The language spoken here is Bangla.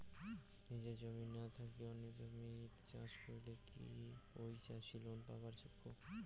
নিজের জমি না থাকি অন্যের জমিত চাষ করিলে কি ঐ চাষী লোন পাবার যোগ্য?